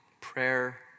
Prayer